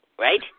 right